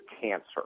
cancer